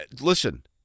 listen